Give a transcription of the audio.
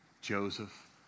Joseph